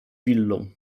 willą